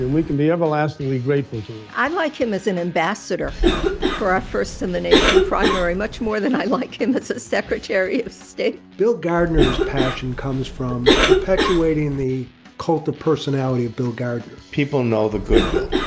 and we can be everlastingly grateful i'd like him as an ambassador for a first in the nation primary, much more than i like him. that's secretary of state bill gardner's passion comes from perpetuating the cult of personality of bill guard. people know the good bill.